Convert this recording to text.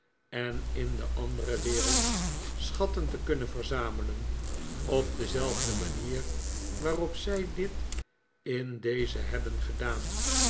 en in de andere wereld schatten te kunnen verzamelen op dezelfde manier waarop zij dit in deze hebben gedaan